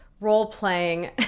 role-playing